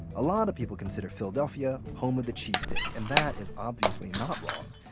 ah lot of people consider philadelphia home of the cheese steak, and that is obviously not wrong.